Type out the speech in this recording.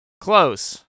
Close